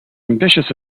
ambitious